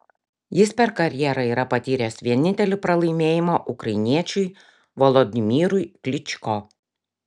jis per karjerą yra patyręs vienintelį pralaimėjimą ukrainiečiui volodymyrui klyčko